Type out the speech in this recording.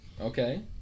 Okay